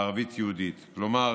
בערבית-יהודית, כלומר